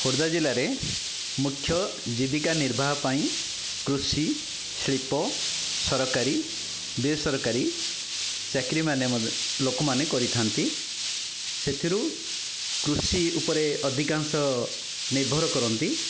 ଖୋର୍ଦ୍ଧା ଜିଲ୍ଲାରେ ମୁଖ୍ୟ ଜୀବିକା ନିର୍ବାହ ପାଇଁ କୃଷି ଶିଳ୍ପ ସରକାରୀ ବେସରକାରୀ ଚାକିରିମାନେ ଲୋକମାନେ କରିଥାଆନ୍ତି ସେଥିରୁ କୃଷି ଉପରେ ଅଧିକାଂଶ ନିର୍ଭର କରନ୍ତି